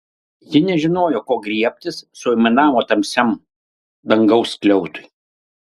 ji nežinojo ko griebtis suaimanavo tamsiam dangaus skliautui